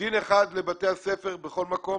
דין אחד לבתי הספר בכל מקום.